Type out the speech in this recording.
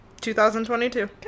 2022